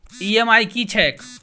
EMI की छैक?